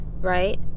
right